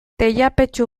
teilapetxu